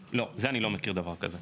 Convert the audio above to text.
לא, זה אני לא מכיר דבר כזה.